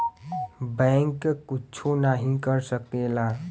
bank कुच्छो नाही कर सकेला